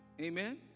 Amen